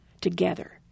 together